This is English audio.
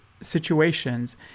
situations